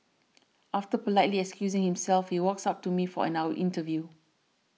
after politely excusing himself he walks up to me for an now interview